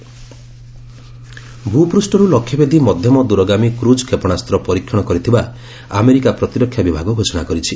US missile ଭୂପୃଷ୍ଠରୁ ଲକ୍ଷ୍ୟଭେଦୀ ମଧ୍ୟମ ଦୂରଗାମୀ କ୍ରଜ୍ କ୍ଷେପଣାସ୍ତ୍ର ପରୀକ୍ଷଣ କରିଥିବା ଆମେରୀକା ପ୍ରତିରକ୍ଷା ବିଭାଗ ଘୋଷଣା କରିଛି